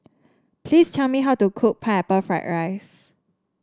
please tell me how to cook Pineapple Fried Rice